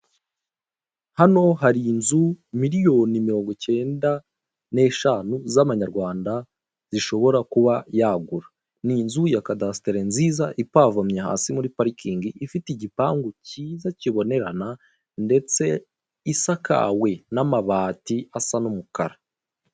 Hano hari inzu miliyoni mirongo icyenda n'eshanu z'amanyarwanda, zishobora kuba yagura ni inzu ya kadasitere nziza ipavomye hasi muri parikingi ifite igipangu cyiza kibonerana, ndetse isakawe n'amabati asa n'umukara.